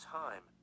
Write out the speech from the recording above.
time